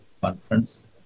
Conference